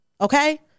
okay